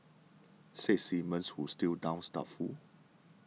says Simmons who still sounds doubtful